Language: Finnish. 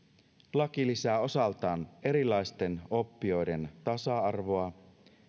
laki lisää osaltaan erilaisten oppijoiden tasa arvoa